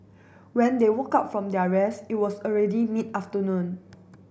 when they woke up from their rest it was already mid afternoon